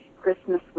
Christmas